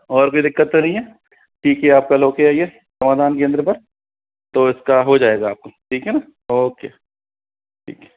और कोई दिक्कत तो नहीं है ठीक है आप कल हो के आइए समाधान केंद्र पर तो इसका हो जाएगा आपका ठीक है ना ओके ठीक